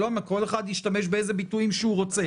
כל אחד ישתמש באיזה ביטויים שהוא רוצה.